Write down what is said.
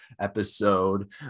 episode